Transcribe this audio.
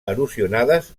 erosionades